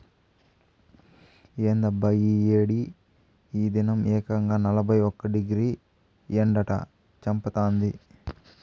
ఏందబ్బా ఈ ఏడి ఈ దినం ఏకంగా నలభై ఒక్క డిగ్రీ ఎండట చంపతాంది